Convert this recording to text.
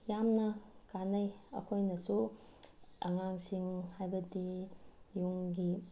ꯌꯥꯝꯅ ꯀꯥꯟꯅꯩ ꯑꯩꯈꯣꯏꯅꯁꯨ ꯑꯉꯥꯡꯁꯤꯡ ꯍꯥꯏꯕꯗꯤ ꯌꯨꯝꯒꯤ